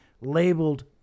labeled